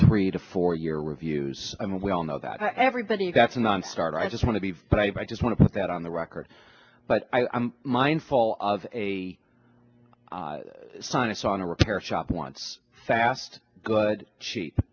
three to four year reviews i mean we all know that everybody that's a nonstarter i just want to be but i just want to put that on the record but i'm mindful of a sinus on a repair shop once fast good she